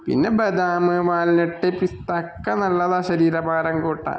പിന്നെ ബദാം വാൽനട്ട് പിസ്ത ഒക്കെ നല്ലതാണ് ശരീര ഭാരം കൂട്ടാൻ